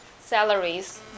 salaries